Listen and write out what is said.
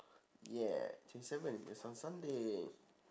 yeah twenty seven yes on sunday